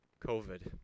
COVID